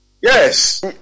Yes